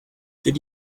did